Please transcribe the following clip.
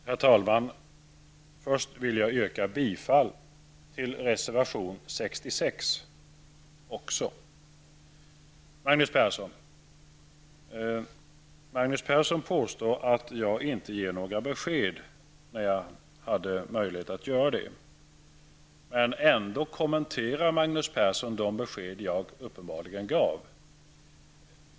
Herr talman! Först vill jag yrka bifall till reservation 66 också. Magnus Persson påstår att jag inte gav några besked när jag hade möjlighet att göra det. Ändå kommenterar Magnus Persson de besked jag uppenbarligen gav.